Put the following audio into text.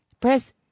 Press